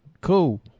Cool